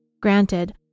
Granted